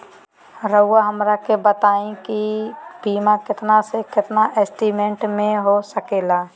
रहुआ हमरा के बताइए के बीमा कितना से कितना एस्टीमेट में हो सके ला?